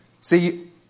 See